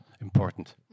important